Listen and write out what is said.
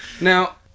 Now